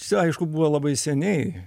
čia aišku buvo labai seniai